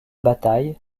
bataille